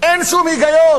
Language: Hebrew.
אין שום היגיון.